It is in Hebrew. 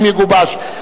אם יגובש,